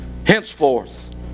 Henceforth